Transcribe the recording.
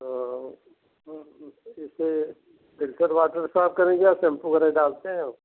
हाँ इसे filter water से साफ़ करेंगे या शैंपू वग़ैरह डालते हैं आप